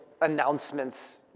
announcements